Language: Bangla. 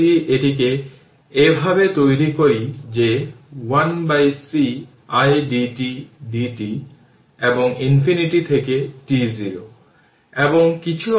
এই ক্যাপাসিটরের দুটি প্লেট রয়েছে তাই এনার্জি স্টোরড হয় যাকে বলা হয় ইলেকট্রিক ক্ষেত্র যা ক্যাপাসিটরের প্লেটের মধ্যে বিদ্যমান